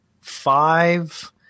five